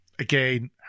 Again